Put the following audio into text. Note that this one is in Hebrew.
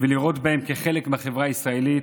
ולראות בהם חלק מהחברה הישראלית?